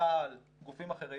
צה"ל, גופים אחרים,